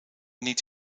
niet